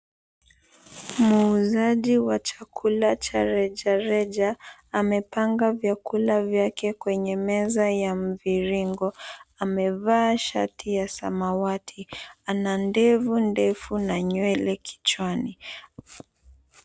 Muuzaji wa chakula cha rejareja, amepanga vyakula vyake kwenye meza ya mviringo. Amevaa shati ya samawati, ana ndevu ndefu na nywele kichwani.